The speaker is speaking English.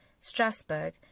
Strasbourg